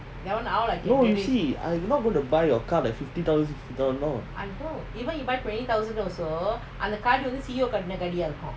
no you see I'm not going to buy your car like fifty thousand dollar no